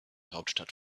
hauptstadt